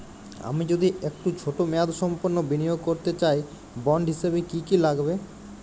আমি যদি একটু ছোট মেয়াদসম্পন্ন বিনিয়োগ করতে চাই বন্ড হিসেবে কী কী লাগবে?